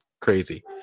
crazy